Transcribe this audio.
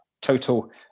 total